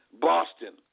Boston